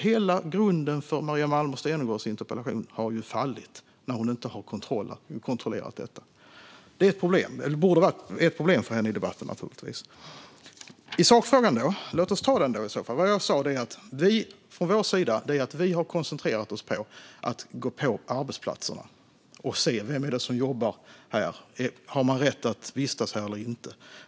Hela grunden för Maria Malmer Stenergards interpellation har fallit när hon inte har kontrollerat detta. Det är ett problem för henne i debatten. Låt oss gå till sakfrågan. Vi har koncentrerat oss på att gå på arbetsplatserna, på att se vem som jobbar där och om man har rätt att vistas här eller inte.